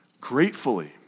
gratefully